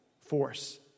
force